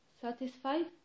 satisfied